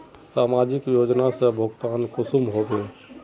समाजिक योजना से भुगतान कुंसम होबे?